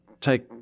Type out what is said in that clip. take